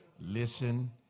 Listen